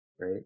right